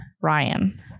Ryan